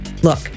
Look